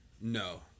No